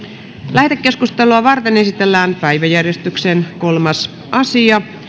lähetekeskustelua varten esitellään päiväjärjestyksen kolmas asia